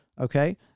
Okay